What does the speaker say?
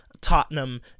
Tottenham